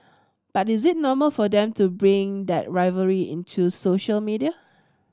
but is it normal for them to bring that rivalry into social media